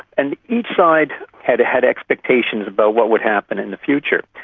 and each side had had expectations about what would happen in the future.